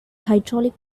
hydraulic